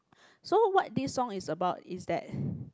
so what this song is about is that